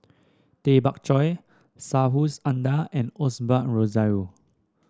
Tay Bak Koi Subhas Anandan and Osbert Rozario